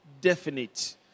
definite